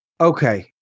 Okay